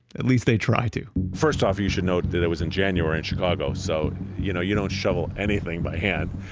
at least they try to first off, you should note that it was january in chicago. so, you know, you don't shovel anything by hand.